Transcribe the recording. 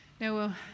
Now